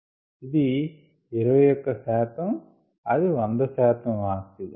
ఇది 21 శాతం అది 100 శాతం ఆక్సిజన్